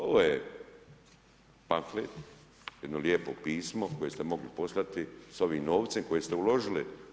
Ovo je pamflet, jedno lijepo pismo koje ste mogli poslati sa ovim novcem koji ste uložili.